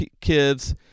kids